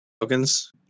tokens